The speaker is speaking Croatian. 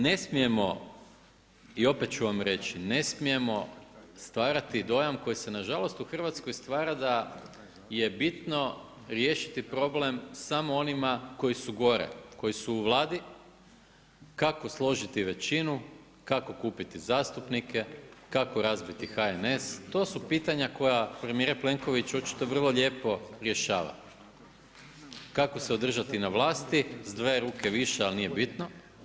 Ne smijemo i opet ću vam reći, ne smijemo stvarati dojam koji se nažalost u Hrvatskoj stvara da je bitno riješiti problem samo onima koji su gore, koji su u Vladi, kako složiti većinu, kako kupiti zastupnike, kako razbiti HNS to su pitanja koja premijer Plenković očito vrlo lijepo rješava, kako se održati na vlasti s dve ruke više ali nije bitno.